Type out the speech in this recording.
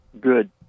good